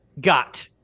got